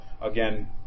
again